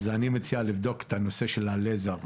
אז אני מציע לבדוק את הנושא של הלייזר.